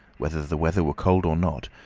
whether the weather were cold or not,